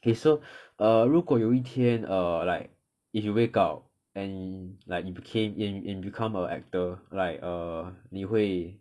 okay so err 如果有一天 err like if you wake up and like you became you become a actor like err 你会